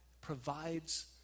provides